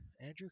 Andrew